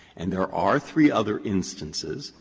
and there are three other instances.